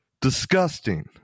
Disgusting